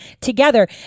together